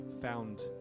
found